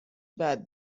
بعد